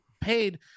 paid